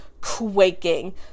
quaking